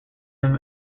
him